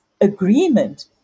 agreement